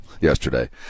yesterday